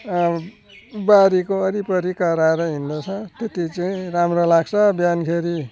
बारीको वरिपरि कराएर हिँड्दछ त्यति चाहिँ राम्रो लाग्छ बिहानखेरि